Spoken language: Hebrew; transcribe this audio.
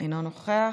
אינו נוכח,